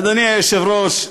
אדוני היושב-ראש,